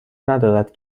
ندارد